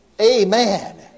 Amen